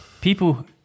People